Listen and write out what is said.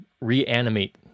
reanimate